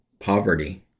Poverty